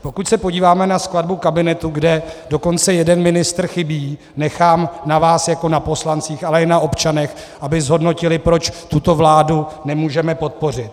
Pokud se podíváme na skladbu kabinetu, kde dokonce jeden ministr chybí, nechám na vás jako na poslancích, ale i na občanech, aby zhodnotili, proč tuto vládu nemůžeme podpořit.